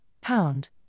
pound